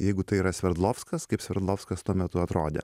jeigu tai yra sverdlovskas kaip sverdlovskas tuo metu atrodė